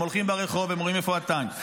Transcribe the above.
הם הולכים ברחוב, והם רואים איפה הטנק.